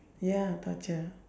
ya torture